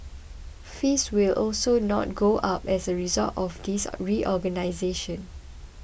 fees will also not go up as a result of this are reorganisation